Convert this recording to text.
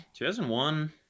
2001